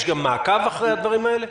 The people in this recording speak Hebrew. יש מעקב אחרי הדברים האלה?